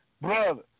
brother